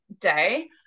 day